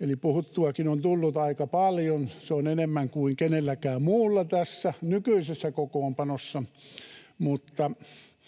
eli puhuttuakin on tullut aika paljon. Se on enemmän kuin kenelläkään muulla tässä nykyisessä kokoonpanossa